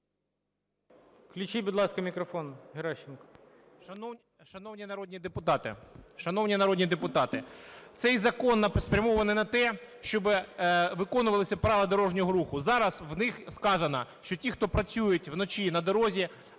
Шановні народні депутати, цей закон спрямований на те, щоб виконувалися правила дорожнього руху. Зараз у них сказано, що ті, хто працюють вночі на дорозі,